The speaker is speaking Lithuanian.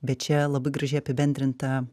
bet čia labai gražiai apibendrinta